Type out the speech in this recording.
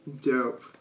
Dope